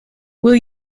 will